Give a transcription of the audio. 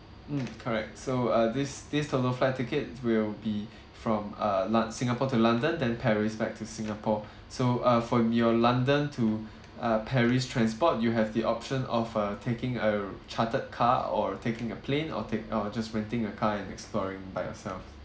mm correct so uh this this total flight tickets will be from uh lon~ singapore to london than paris back to singapore so uh for your london to uh paris transport you have the option of uh taking a r~ chartered car or taking a plane or take or just renting a car and exploring by yourself